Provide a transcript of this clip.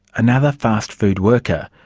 another fast food worker,